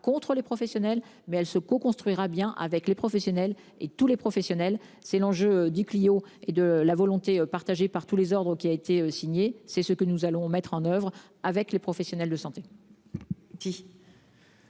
contre les professionnels mais elle se construira bien avec les professionnels et tous les professionnels, c'est l'enjeu du Clio et de la volonté partagée par tous les ordres qui a été signé. C'est ce que nous allons mettre en oeuvre avec les professionnels de santé.